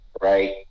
right